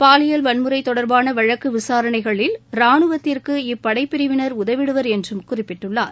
பாலியல் வன்முறை தொடர்பான வழக்கு விசாரணைகளில் ரானுவத்திற்கு இப்படை பிரிவினர் உதவிடுவர் என்று குறிப்பிட்டுள்ளார்